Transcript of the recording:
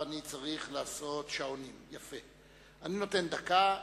אדוני היושב-ראש, כנסת נכבדה,